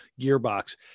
gearbox